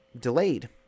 delayed